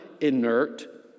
inert